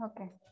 Okay